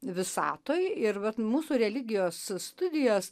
visatoj ir vat mūsų religijos studijos